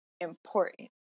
important